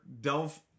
Delve